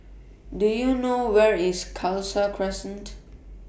Do YOU know Where IS Khalsa Crescent